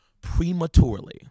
prematurely